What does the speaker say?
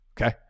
okay